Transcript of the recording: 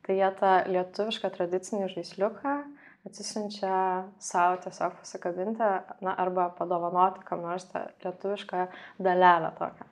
tai jie tą lietuvišką tradicinį žaisliuką atsisiunčia sau tiesiog pasikabinti na arba padovanoti kam nors tą lietuvišką dalelę tokią